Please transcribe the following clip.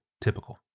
Typical